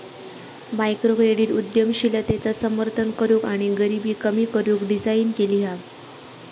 microcredit उद्यमशीलतेचा समर्थन करूक आणि गरीबी कमी करू डिझाईन केली हा